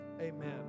Amen